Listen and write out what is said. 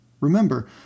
Remember